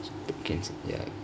can can say ya